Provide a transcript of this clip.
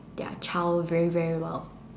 their child very very well